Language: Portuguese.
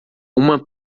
uma